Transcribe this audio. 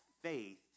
faith